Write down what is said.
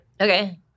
Okay